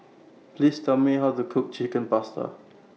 Please Tell Me How to Cook Chicken Pasta